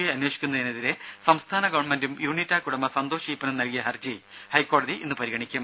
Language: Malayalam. ഐ അന്വേഷിക്കുന്നതിനെതിരെ സംസ്ഥാന ഗവൺമെന്റും യൂണിടാക്ക് ഉടമ സന്തോഷ് ഈപ്പനും നൽകിയ ഹർജി ഹൈക്കോടതി ഇന്ന് പരിഗണിക്കും